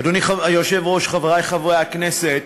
אדוני היושב-ראש, חברי חברי הכנסת,